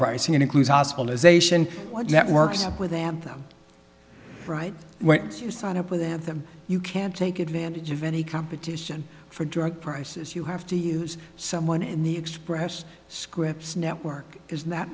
pricing include hospitalisation what networks up with them right when you sign up with have them you can't take advantage of any competition for drug prices you have to use someone in the express scripts network is that